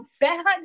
bad